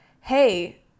hey